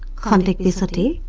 funding the city